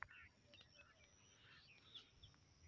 अहाँ लग गुगल आ फोन पे छोड़िकए कोनो आर क्यू.आर कोड यै कि?